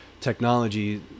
technology